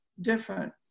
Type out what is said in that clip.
different